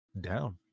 down